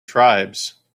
tribes